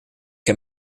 heb